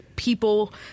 people